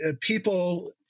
people